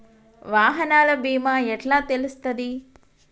వాహనాల బీమా ఎట్ల తెలుస్తది?